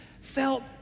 felt